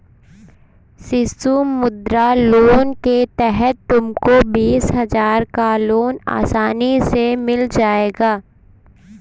शिशु मुद्रा लोन के तहत तुमको बीस हजार का लोन आराम से मिल जाएगा